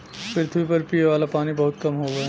पृथवी पर पिए वाला पानी बहुत कम हउवे